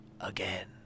again